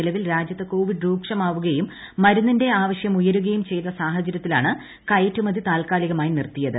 നിലവിൽ രാജ്യത്ത് കോവിഡ് രൂക്ഷമാവുകയുപ്പ് മ്തുന്നിന്റെ ആവശ്യം ഉയരുകയും ചെയ്ത സാഹചര്യത്തില്ലാണ് കയറ്റുമതി താൽക്കാലികമായി നിർത്തിയത്